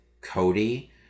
Cody